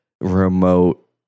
remote